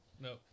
no